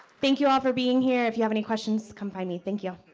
thank you all, for being here. if you have any questions come find me, thank you.